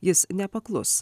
jis nepaklus